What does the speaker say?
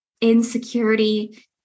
insecurity